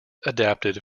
adapted